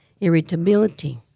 irritability